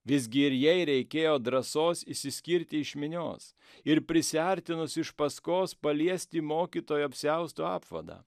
visgi ir jai reikėjo drąsos išsiskirti iš minios ir prisiartinus iš paskos paliesti mokytojo apsiausto apvadą